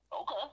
Okay